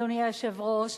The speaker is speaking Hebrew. אדוני היושב-ראש,